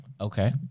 Okay